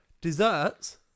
Desserts